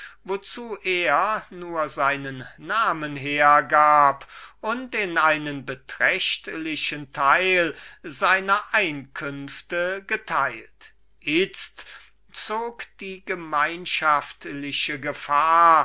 wozu er nur seinen namen hergab und in einen beträchtlichen teil seiner einkünfte geteilt itzt zog die gemeinschaftliche gefahr